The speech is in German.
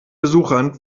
besuchern